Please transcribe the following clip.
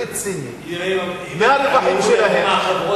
רציני, מהרווחים שלהן.